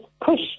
push